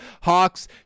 Hawks